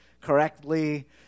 correctly